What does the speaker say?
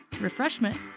refreshment